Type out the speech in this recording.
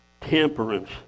temperance